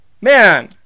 Man